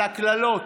על הקללות,